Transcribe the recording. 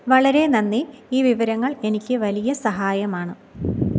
വളരെ നന്ദി ഈ വിവരങ്ങൾ എനിക്ക് വലിയ സഹായമാണ്